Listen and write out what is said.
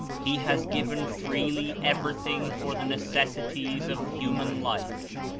he has given freely everything for the necessities of human life.